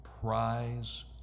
prize